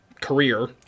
career